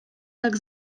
tak